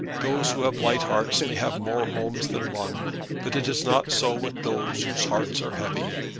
those who have light hearts may have more homes than one but it is not so with those whose hearts are heavy.